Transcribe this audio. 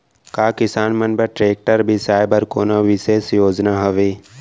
का किसान मन बर ट्रैक्टर बिसाय बर कोनो बिशेष योजना हवे?